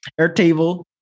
Airtable